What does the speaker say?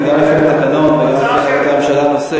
גם לפי התקנון וגם לפי החלטת הממשלה על נושא,